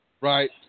Right